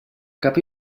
cap